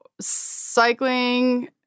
cycling